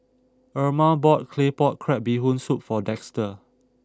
Irma bought Claypot Crab Bee Hoon Soup for Dexter